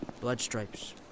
Bloodstripes